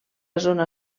zona